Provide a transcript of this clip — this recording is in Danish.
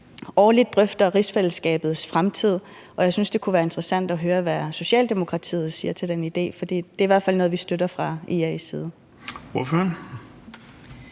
årligt drøfter rigsfællesskabets fremtid, og jeg synes, det kunne være interessant at høre, hvad Socialdemokratiet siger til den idé, for det er i hvert fald noget, vi støtter fra IA's side. Kl.